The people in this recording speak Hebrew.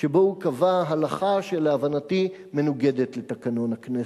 שבו הוא קבע הלכה שלהבנתי מנוגדת לתקנון הכנסת,